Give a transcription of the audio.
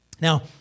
Now